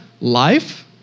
life